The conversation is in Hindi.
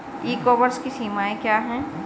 ई कॉमर्स की सीमाएं क्या हैं?